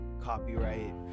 copyright